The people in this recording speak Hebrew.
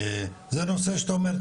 זה נושא שאתה אומר,